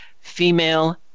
female